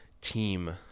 team